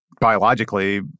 Biologically